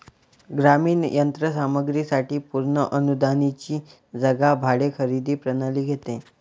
ग्रामीण यंत्र सामग्री साठी पूर्ण अनुदानाची जागा भाडे खरेदी प्रणाली घेते